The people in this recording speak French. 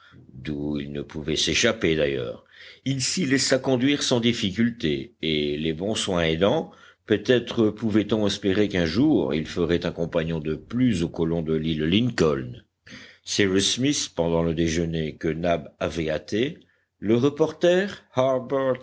d'où il ne pouvait s'échapper d'ailleurs il s'y laissa conduire sans difficulté et les bons soins aidant peut-être pouvait-on espérer qu'un jour il ferait un compagnon de plus aux colons de l'île lincoln cyrus smith pendant le déjeuner que nab avait hâté le reporter